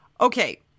okay